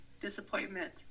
disappointment